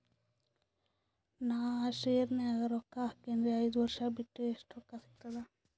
ನಾನು ಆ ಶೇರ ನ್ಯಾಗ ರೊಕ್ಕ ಹಾಕಿನ್ರಿ, ಐದ ವರ್ಷ ಬಿಟ್ಟು ಎಷ್ಟ ರೊಕ್ಕ ಸಿಗ್ತದ?